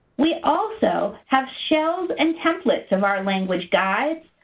we also have shelves and templates of our language guides,